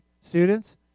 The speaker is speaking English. students